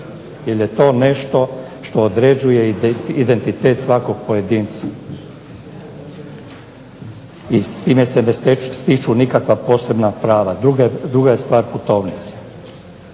jer je to nešto što određuje identitet svakog pojedinca i s time se ne stiču nikakva posebna prava. Druga je stvar putovnica.